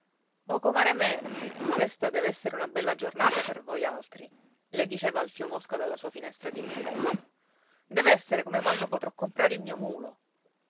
o comare mena questa deve essere una bella giornata per voi altri le diceva alfio mosca dalla sua finestra dirimpetto dev'essere come quando potrò comprare il mio mulo